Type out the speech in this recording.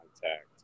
contact